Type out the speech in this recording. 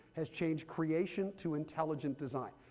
has changed creation to intelligent design.